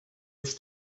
its